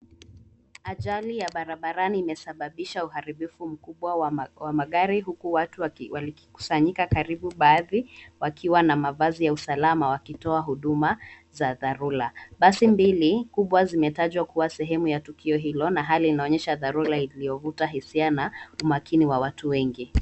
Ajali ya barabarani imesababisha uharibifu mkubwa wa magari huku watu wakikusanyika karibu baadhi wakiwa na mavazi ya usalama wakitoa huduma za dharura. Basi mbili kubwa zimetajwa kuwa sehemu ya tukio hilo na hali inaonyesha dharura iliyovuta hisia na umakini wa watu wengi.